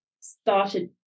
started